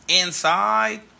inside